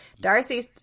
Darcy